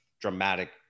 dramatic